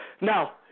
Now